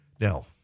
Now